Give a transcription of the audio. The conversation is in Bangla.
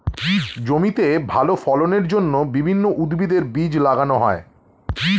জমিতে ভালো ফলনের জন্য বিভিন্ন উদ্ভিদের বীজ লাগানো হয়